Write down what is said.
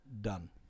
done